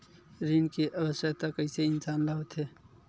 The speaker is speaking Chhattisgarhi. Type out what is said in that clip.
ऋण के आवश्कता कइसे इंसान ला होथे?